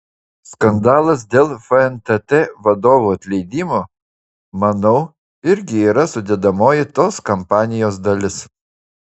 skandalas dėl fntt vadovų atleidimo manau irgi yra sudedamoji tos kampanijos dalis